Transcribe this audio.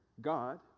God